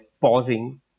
pausing